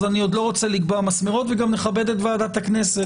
אז אני עוד לא רוצה לקבוע מסמרות וגם מכבד את ועדת הכנסת.